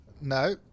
no